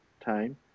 time